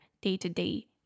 day-to-day